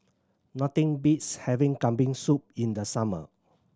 nothing beats having Kambing Soup in the summer